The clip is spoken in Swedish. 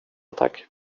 tack